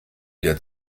der